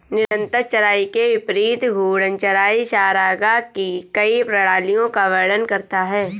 निरंतर चराई के विपरीत घूर्णन चराई चरागाह की कई प्रणालियों का वर्णन करता है